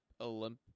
Olymp